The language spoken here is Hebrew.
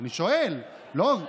לא עובד?